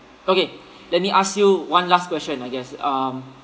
okay let me ask you one last question I guess um